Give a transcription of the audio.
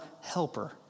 helper